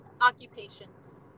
occupations